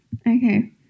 Okay